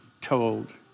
told